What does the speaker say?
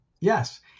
yes